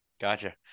Gotcha